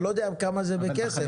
אני לא יודע כמה זה בכסף.